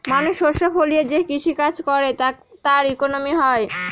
মানুষ শস্য ফলিয়ে যে কৃষি কাজ করে তার ইকোনমি হয়